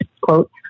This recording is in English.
quote